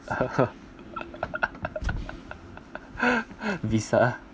visa